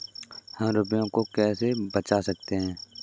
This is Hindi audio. हम रुपये को कैसे बचा सकते हैं?